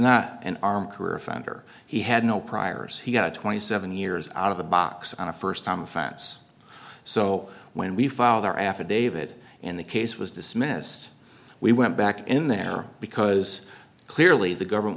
not an armed career offender he had no priors he got twenty seven years out of the box on a first time offense so when we filed our affidavit in the case was dismissed we went back in there because clearly the government